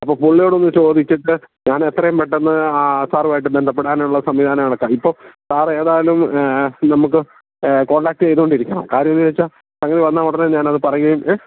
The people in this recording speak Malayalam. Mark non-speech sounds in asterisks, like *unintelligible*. അപ്പം പുള്ളിയോടൊന്ന് ചോദിച്ചിട്ട് ഞാൻ എത്രയും പെട്ടെന്ന് ആ സാറുമായിട്ട് ബന്ധപ്പെടാനുള്ള സംവിധാനം *unintelligible* ഇപ്പം സാർ ഏതായാലും നമുക്ക് കോൺടാക്ട് ചെയ്തുകൊണ്ടിരിക്കണം കാര്യം എന്ന് വെച്ചാൽ സംഗതി വന്നാൽ ഉടനെ തന്നെ ഞാനത് *unintelligible*